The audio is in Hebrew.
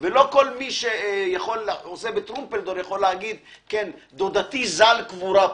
ולא כל מי שעושה סיור בטרומפלדור יכול להגיד "דודתי ז"ל קבורה פה,